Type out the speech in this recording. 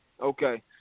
Okay